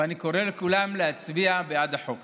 ואני קורא לכולם להצביע בעד החוק.